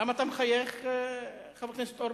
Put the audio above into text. למה אתה מחייך, חבר הכנסת אורבך?